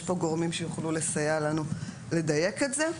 פה גורמים שיוכלו לסייע לנו לדייק את זה,